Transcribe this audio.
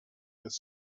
with